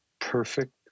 perfect